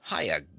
Hiya